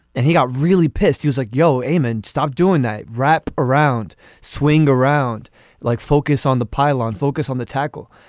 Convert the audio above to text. and he got really pissed. i was like yo eyman stop doing that. wrap around swing around like focus on the pylon focus on the tackle.